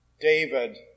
David